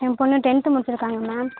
என் பொண்ணு டென்த்து முடிச்சுருக்காங்க மேம்